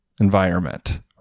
environment